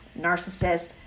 narcissist